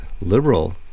liberal